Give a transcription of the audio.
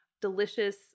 delicious